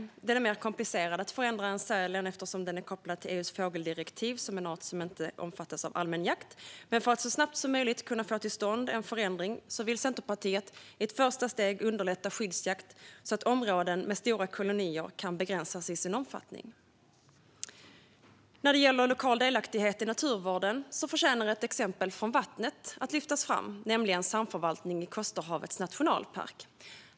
Den frågan är mer komplicerad att förändra än när det gäller sälen eftersom skarven är kopplad till EU:s fågeldirektiv som en art som inte omfattas av allmän jakt. Men för att så snabbt som möjligt kunna få till stånd en förändring vill Centerpartiet i ett första steg underlätta skyddsjakt så att områden med stora kolonier kan begränsas i sin omfattning. När det gäller lokal delaktighet i naturvården förtjänar ett exempel från vattnet att lyftas fram, nämligen samförvaltningen i Kosterhavets nationalpark.